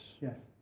Yes